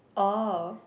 orh